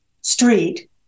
street